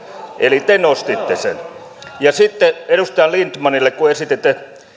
eli te nostitte ne ja sitten edustaja lindtmanille kun esititte